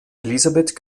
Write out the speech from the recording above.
elisabeth